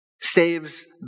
Saves